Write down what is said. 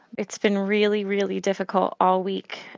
it's been really, really difficult all week.